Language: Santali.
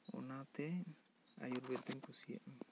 ᱚᱱᱟᱛᱮ ᱟᱹᱭᱩᱨᱵᱮᱫᱽ ᱫᱚᱹᱧ ᱠᱩᱥᱤᱭᱟᱜᱼᱟ